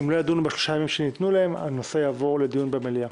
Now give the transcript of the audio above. אם לא ידונו בשלושת הימים שניתנו להם הנושא יעבור לדיון במליאה.